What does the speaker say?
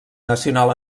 nacional